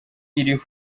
iri